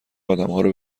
آدمهارو